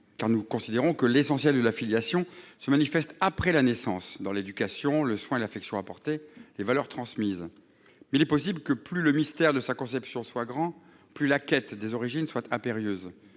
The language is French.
nous considérons que l'essentiel de la filiation se manifeste après la naissance, dans l'éducation, les soins et l'affection apportés, ainsi que dans les valeurs transmises. Il est possible que plus le mystère de la conception soit grand, plus la quête des origines soit impérieuse.